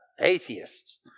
atheists